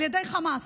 על ידי חמאס?